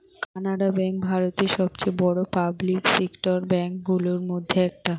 Canara bank ভারতের সবচেয়ে বড়ো পাবলিক সেক্টর ব্যাঙ্ক গুলোর মধ্যে একটা